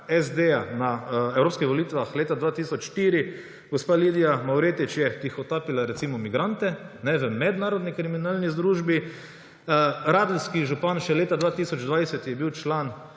SD na evropskih volitvah leta 2004 gospa Lidija Mavretič tihotapila migrante v mednarodni kriminalni združbi. Radeljski župan, še leta 2020 je bil član